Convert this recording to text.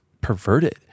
perverted